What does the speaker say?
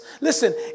Listen